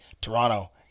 Toronto